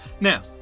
now